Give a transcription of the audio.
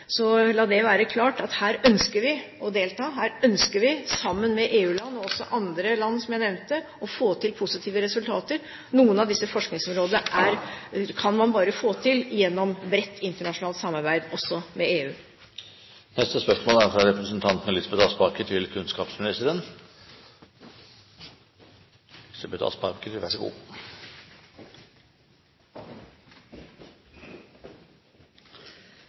La det være klart. Her ønsker vi å delta, her ønsker vi, sammen med EU-land og også andre land, som jeg nevnte, å få til positive resultater. Dette kan man på noen av disse forskningsområdene bare få til gjennom et bredt internasjonalt samarbeid, også med EU. Vi går tilbake til spørsmål 1. Jeg tillater meg å stille følgende spørsmål til kunnskapsministeren: